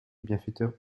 bienfaiteur